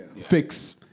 fix